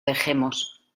dejemos